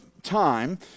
time